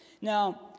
Now